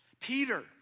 Peter